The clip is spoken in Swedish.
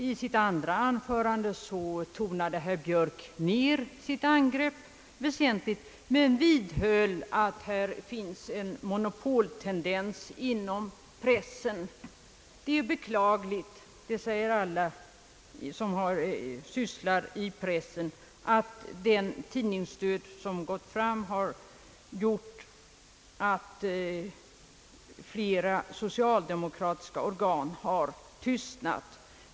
I sitt andra anförande tonade herr Björk ned sitt angrepp väsentligt men vidhöll att det finns en monopoltendens inom pressen. Det är beklagligt, att tidningsdöden har gjort att många socialdemokratiska organ har tystnat.